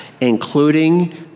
including